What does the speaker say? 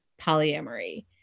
polyamory